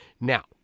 now